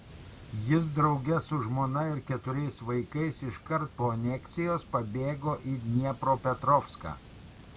jis drauge su žmona ir keturiais vaikais iškart po aneksijos pabėgo į dniepropetrovską